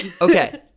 Okay